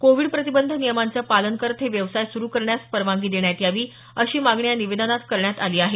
Covid प्रतिबंध नियमांचं पालन करत हे व्यवसाय सुरु करण्यास परवानगी देण्यात यावी अशी मागणी या निवेदनात करण्यात आली आहे